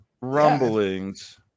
rumblings